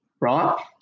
right